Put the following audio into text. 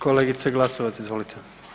Kolegice Glasovac izvolite.